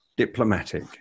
Diplomatic